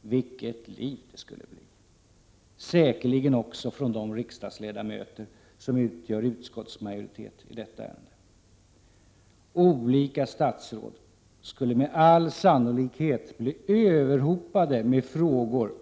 Vilket liv det skulle bli; säkerligen också från de riksdagsledamöter som utgör utskottsmajoritet i detta ärende! Olika statsråd skulle med all sannolikhet bli överhopade med frågor